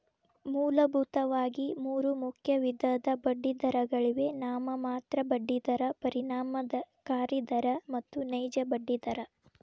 ಮೂಲಭೂತವಾಗಿ ಮೂರು ಮುಖ್ಯ ವಿಧದ ಬಡ್ಡಿದರಗಳಿವೆ ನಾಮಮಾತ್ರ ಬಡ್ಡಿ ದರ, ಪರಿಣಾಮಕಾರಿ ದರ ಮತ್ತು ನೈಜ ಬಡ್ಡಿ ದರ